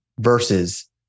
versus